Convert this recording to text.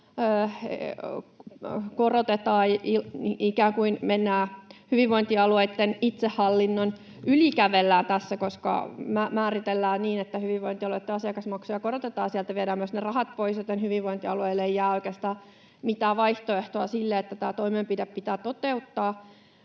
korotetaan. Ikään kuin hyvinvointialueitten itsehallinnon yli kävellään tässä, koska määritellään niin, että hyvinvointialueitten asiakasmaksuja korotetaan ja sieltä viedään myös ne rahat pois, joten hyvinvointialueille ei jää oikeastaan mitään vaihtoehtoa sille, että tämä toimenpide pitää toteuttaa.